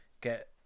get